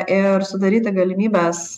ir sudaryti galimybes